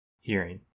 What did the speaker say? hearing